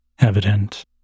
evident